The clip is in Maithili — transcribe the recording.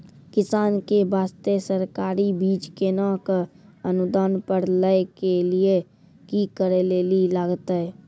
किसान के बास्ते सरकारी बीज केना कऽ अनुदान पर लै के लिए की करै लेली लागतै?